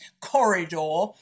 corridor